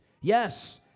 Yes